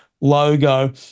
logo